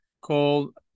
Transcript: called